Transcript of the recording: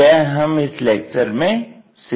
यह हम इस लेक्चर में सीखेंगे